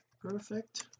perfect